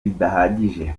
bidahagije